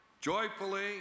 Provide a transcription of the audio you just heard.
joyfully